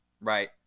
right